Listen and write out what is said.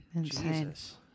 Jesus